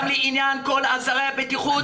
גם לעניין כל עזרי הבטיחות,